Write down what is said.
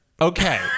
okay